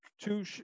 two